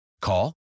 Call